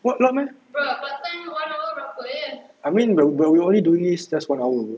what a lot meh I mean but but we're only doing this just one hour